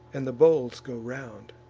and the bowls go round.